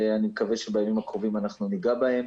ואני מקווה שבימים הקרובים אנחנו ניגע בהם.